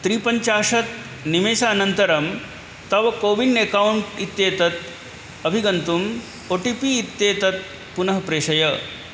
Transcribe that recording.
त्रिपञ्चाशत् निमेषानन्तरं तव कोविन् एकौण्ट् इत्येतत् अभिगन्तुम् ओ टि पि इत्येतत् पुनः प्रेषय